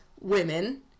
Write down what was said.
women